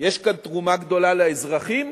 יש כאן תרומה גדולה לאזרחים